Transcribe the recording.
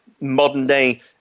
modern-day